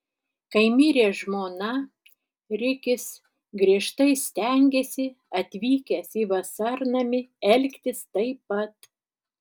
kai mirė žmona rikis griežtai stengėsi atvykęs į vasarnamį elgtis taip pat